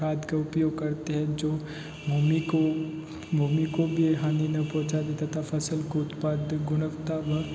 खाद का उपयोग करते हैं जो भूमि को भूमि को भी हानि ना पहुँचावे तथा फसल को उत्पाद गुणवत्ता